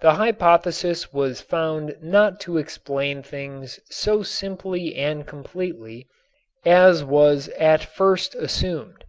the hypothesis was found not to explain things so simply and completely as was at first assumed.